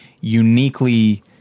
uniquely